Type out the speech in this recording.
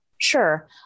Sure